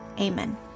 Amen